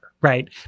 right